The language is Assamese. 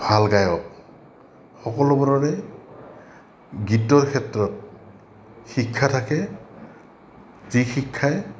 ভাল গায়ক সকলোবোৰৰে গীতৰ ক্ষেত্ৰত শিক্ষা থাকে যি শিক্ষাই